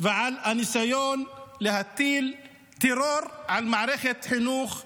ועל הניסיון להטיל טרור על מערכת חינוך שלמה.